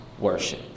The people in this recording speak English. worship